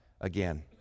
again